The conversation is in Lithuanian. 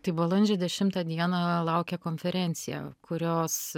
tai balandžio dešimtą dieną laukia konferencija kurios